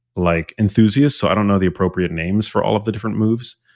like enthusiast, so i don't know the appropriate names for all of the different moves.